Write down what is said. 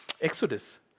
Exodus